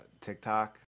tiktok